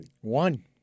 One